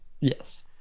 yes